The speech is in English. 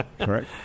Correct